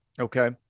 Okay